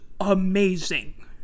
amazing